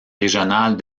régionale